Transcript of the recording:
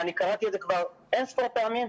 קראתי את זה כבר עשר פעמים,